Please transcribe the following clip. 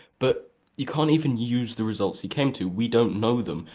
but you can't even use the results he came to we don't know them,